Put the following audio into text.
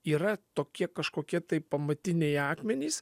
yra tokie kažkokie tai pamatiniai akmenys